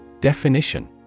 Definition